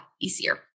easier